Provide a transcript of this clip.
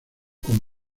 con